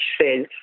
says